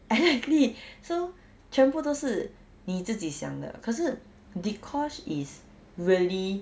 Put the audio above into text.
exactly so 全部都是你自己想的可是 dee kosh is really